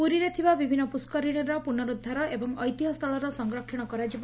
ପୁରୀରେ ଥିବା ବିଭିନ୍ନ ପୁଷ୍କରିଶୀର ପୁନରୁଦ୍ଧାର ଏବଂ ଐତିହ୍ୟସ୍ଚଳର ସଂରକ୍ଷଣ କରାଯିବ